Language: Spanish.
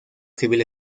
civil